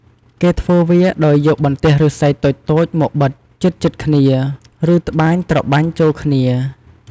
គេធ្វើវាដោយយកបន្ទះឫស្សីតូចៗមកបិទជិតៗគ្នា ឬត្បាញត្របាញ់ចូលគ្នា។